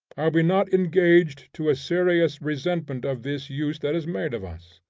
are we not engaged to a serious resentment of this use that is made of us?